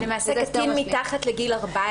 ולמעשה קטין מתחת לגיל 14